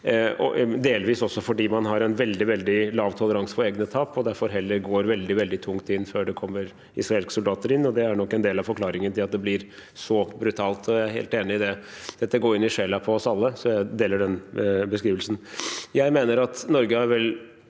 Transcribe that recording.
delvis også fordi man har en veldig lav toleranse for egne tap, og derfor heller går veldig tungt inn før det kommer israelske soldater inn. Det er nok en del av forklaringen på at det blir så brutalt. Dette går inn i sjelen på oss alle, så jeg deler den beskrivelsen. Jeg tror at Norge har